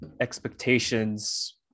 expectations